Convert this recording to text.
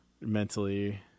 mentally